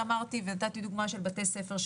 נתתי דוגמה של בתי ספר,